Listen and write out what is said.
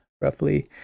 roughly